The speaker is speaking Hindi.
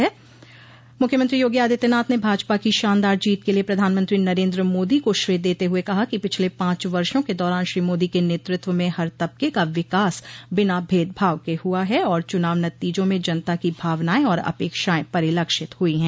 मूख्यमंत्री प्रतिक्रिया मुख्यमंत्री योगी आदित्यनाथ ने भाजपा की शानदार जीत के लिये प्रधानमंत्री नरेन्द्र मोदी को श्रेय देते हुए कहा कि पिछले पांच वर्षो के दौरान श्री मोदी के नेतृत्व में हर तबके का विकास बिना भेदभाव के हुआ है और चुनाव नतीजों में जनता की भावनाएं और अपेक्षाएं परिलक्षित हुई है